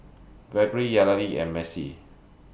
Gregory Yareli and Macie